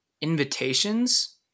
invitations